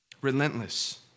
Relentless